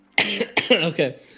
Okay